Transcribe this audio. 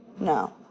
no